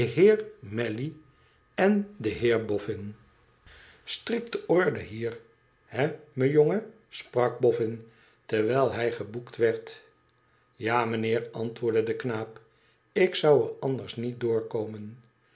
malley en de heer bofün strikte orde hier hé me jongen sprak boffin terwijl hij geboekt werd ja mijnheer antwoordde de knaap ik zou er anders niet